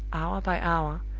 hour by hour,